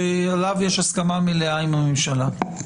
שעליו יש הסכמה מלאה עם הממשלה.